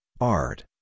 art